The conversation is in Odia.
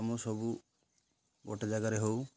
ଆମ ସବୁ ଗୋଟେ ଜାଗାରେ ହଉ